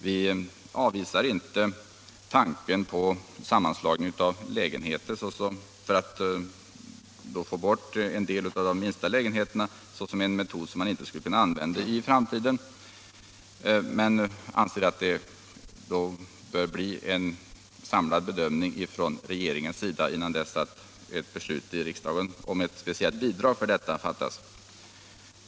Vi avvisar inte tanken på bidrag för sammanslagning av lägenheter för att få bort en del av de minsta lägenheterna, men anser att det bör ske en samlad bedömning från regeringens sida innan beslut i riksdagen om ett speciellt bidrag för detta fattas.